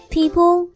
People